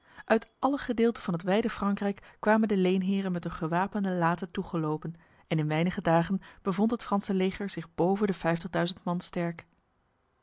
uit alle gedeelten van het wijde frankrijk kwamen de leenheren met hun gewapende laten toegelopen en in weinig dagen bevond het franse leger zich boven de vijftigduizend man sterk